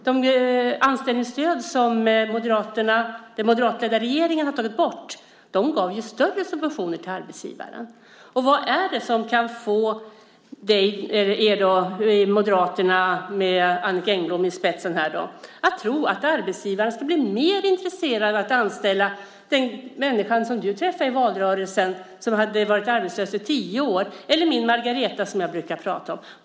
De anställningsstöd som den moderatledda regeringen har tagit bort gav större subventioner till arbetsgivaren. Vad är det som kan få er i Moderaterna, med Annicka Engblom i spetsen, att tro att arbetsgivaren ska bli mer intresserade av att anställa den människa du träffade i valrörelsen som hade varit arbetslös i tio år eller min Margareta som jag brukar prata om?